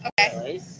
Okay